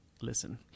Listen